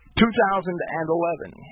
2011